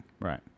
right